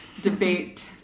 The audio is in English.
debate